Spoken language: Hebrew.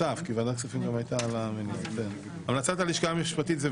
הכספים, שזו המלצת הלשכה המשפטית.